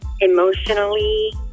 Emotionally